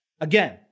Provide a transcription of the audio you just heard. Again